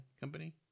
company